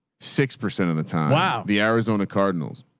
six percent of the time, yeah the arizona cardinals.